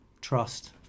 trust